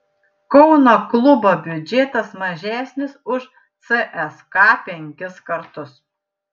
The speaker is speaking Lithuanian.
kauno klubo biudžetas mažesnis už cska penkis kartus